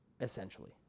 Essentially